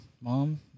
mom